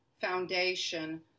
foundation